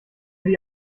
die